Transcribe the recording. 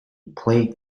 played